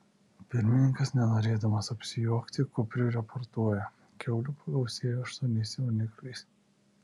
pirmininkas nenorėdamas apsijuokti kupriui raportuoja kiaulių pagausėjo aštuoniais jaunikliais